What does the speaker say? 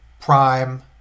Prime